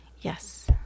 Yes